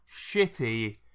Shitty